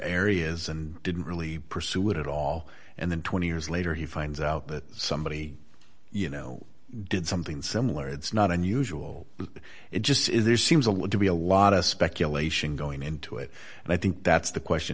areas and didn't really pursue it at all and then twenty years later he finds out that somebody you know did something similar it's not unusual but it just seems a lot to be a lot of speculation going into it and i think that's the question